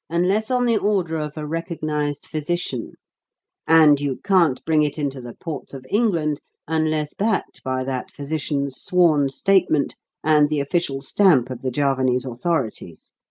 unless on the order of a recognized physician and you can't bring it into the ports of england unless backed by that physician's sworn statement and the official stamp of the javanese authorities.